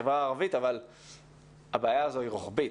החברה הערבית אבל הבעיה הזאת היא רוחבית.